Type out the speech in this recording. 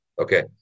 Okay